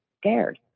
scared